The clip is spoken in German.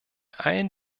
allen